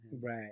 Right